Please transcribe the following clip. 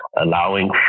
allowing